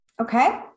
Okay